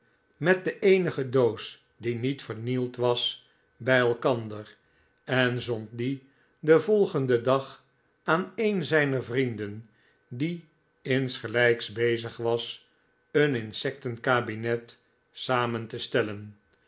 met de eenige doos die niet vernield was bij elkander en zond die den volgenden dag aan een zijner vrienden die insgelijks bezig was een insecten kabinet samen te stellen